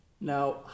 Now